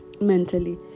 mentally